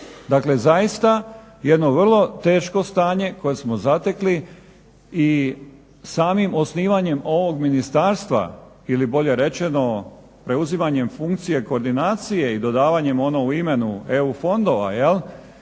Dakle, zaista jedno vrlo teško stanje koje smo zatekli i samim osnivanjem ovog ministarstva ili bolje rečeno preuzimanjem funkcije koordinacije i dodavanja ono u imenu EU fondova